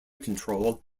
control